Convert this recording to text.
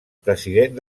president